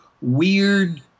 weird